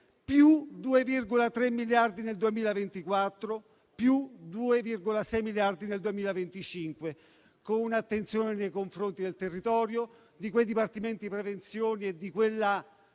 +2,3 miliardi nel 2024, +2,6 miliardi nel 2025, con un'attenzione nei confronti del territorio e dei dipartimenti di prevenzione per quella